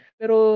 pero